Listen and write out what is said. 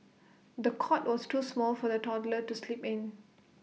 the cot was too small for the toddler to sleep in